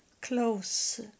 Close